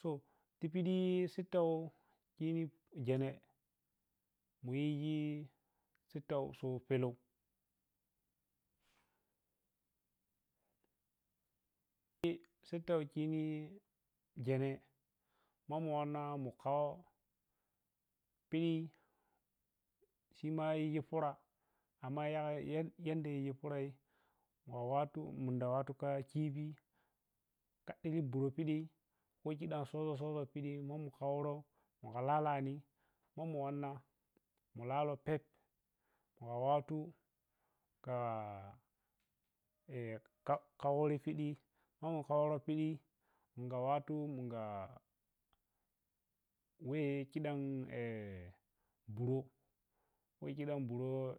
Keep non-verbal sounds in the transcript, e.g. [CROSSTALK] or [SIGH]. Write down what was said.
so ti piɗi sitto yini jene mu yiji sitto sau peleu, sitto khini jene ma mu wanna mu kho piɗi shima yiji porah amma yei anda yui parai ma wettu munda kha khirip kha ɗi buroh piɗi kho khidan soʒoh-soʒoh piɗi ma mu khauro muka lalani ma mu wanna mu laloh phep mugha wattu kha [HESITATION] khauro piɗi ma mu khauro piɗi mungha wattu mungha weh khi dan [HESITATION] buroh ma mu i eh khidan buro.